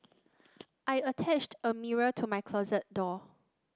I attached a mirror to my closet door